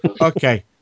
Okay